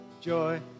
joy